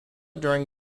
during